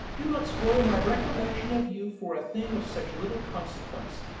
do not spoil my recollection of you for a thing of such little consequence.